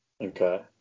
Okay